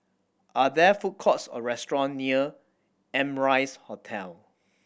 are there food courts or restaurant near Amrise Hotel